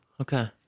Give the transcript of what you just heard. Okay